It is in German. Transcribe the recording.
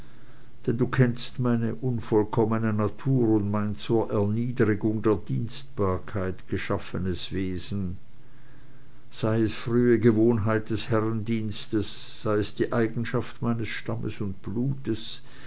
denn du kennst meine unvollkommene natur und mein zur erniedrigung der dienstbarkeit geschaffenes wesen sei es frühe gewohnheit des herrendienstes sei es die eigenschaft meines stammes und blutes